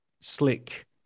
slick